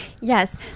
Yes